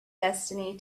destiny